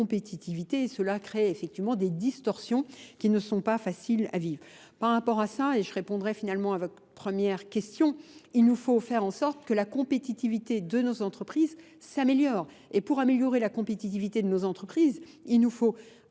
et cela crée effectivement des distorsions qui ne sont pas faciles à vivre. Par rapport à ça, et je répondrai finalement à votre première question, il nous faut faire en sorte que la compétitivité de nos entreprises s'améliore. Et pour améliorer la compétitivité de nos entreprises, il nous faut